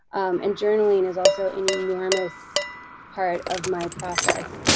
and journaling is also an enormous part of my process.